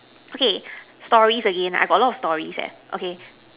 okay stories again I got a lot of stories eh okay